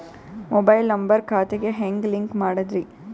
Mobile number ಖಾತೆ ಗೆ ಹೆಂಗ್ ಲಿಂಕ್ ಮಾಡದ್ರಿ?